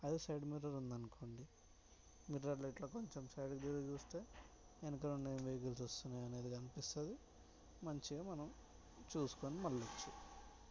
అదే side mirror ఉంది అనుకోండి మిర్రర్లో ఇట్లా కొంచెం సైడ్కి తిరిగి చూస్తే వెనుక నుండి ఏ వెహికల్స్ వస్తున్నాయి అనేది కనిపిస్తుంది మంచిగా మనం చూసుకొని మళ్లొచ్చు